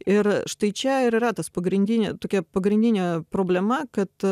ir štai čia ir yra tas pagrindinė tokia pagrindinė problema kad